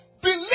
believe